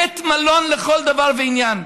בית מלון לכל דבר ועניין.